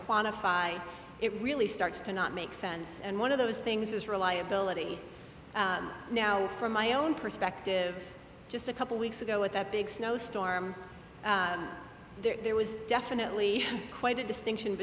quantify it really starts to not make sense and one of those things is reliability now from my own perspective just a couple weeks ago with that big snowstorm there was definitely quite a distinction